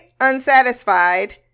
unsatisfied